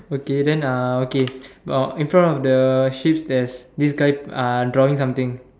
okay then uh okay uh in front of the sheeps there's this guy drawing something